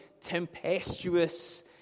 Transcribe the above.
tempestuous